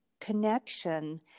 connection